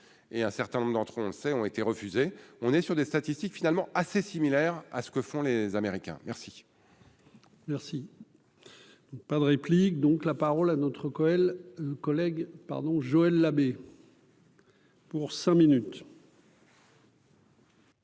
et un certain nombre d'entre, on le sait, ont été refusées, on est sur des statistiques finalement assez similaire à ce que font les Américains, merci. Merci. Pas de réplique donc la parole à notre Cowell collègue pardon Joël Labbé. Pour cinq minutes.